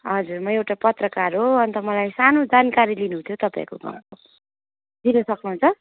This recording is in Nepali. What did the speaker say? हजुर म एउटा पत्रकार हो अन्त मलाई सानो जानकारी लिनु थियो तपाईँकोमा दिन सक्नुहुन्छ